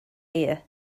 ear